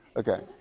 okay,